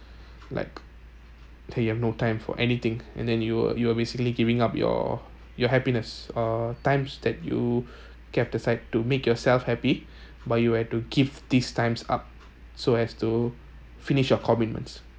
like till you have no time for anything and then you're you're basically giving up your your happiness uh times that you kept aside to make yourself happy but you have to give this times up so as to finish your commitments